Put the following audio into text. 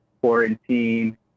quarantine